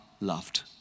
loved